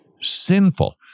sinful